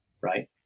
Right